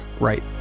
right